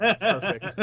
Perfect